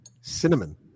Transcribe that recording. cinnamon